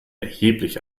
erheblich